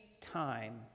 time